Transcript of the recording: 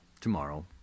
tomorrow